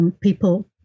People